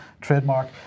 trademark